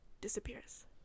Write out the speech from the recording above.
disappears